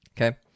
okay